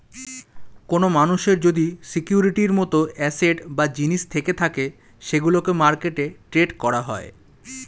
কোন মানুষের যদি সিকিউরিটির মত অ্যাসেট বা জিনিস থেকে থাকে সেগুলোকে মার্কেটে ট্রেড করা হয়